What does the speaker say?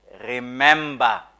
Remember